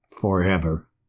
forever